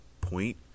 point